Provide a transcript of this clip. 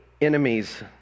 enemies